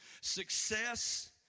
success